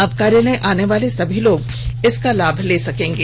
अब कार्यालय आनेवाले सभी लोग इसका लाभ ले सकेंगे